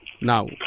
Now